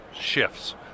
shifts